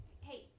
Hey